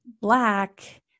black